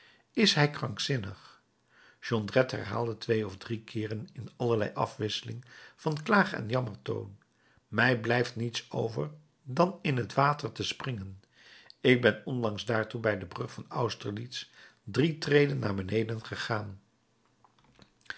is hij krankzinnig jondrette herhaalde twee of drie keeren in allerlei afwisseling van klaag en jammertoon mij blijft niets over dan in t water te springen ik ben onlangs daartoe bij de brug van austerlitz drie treden naar beneden gegaan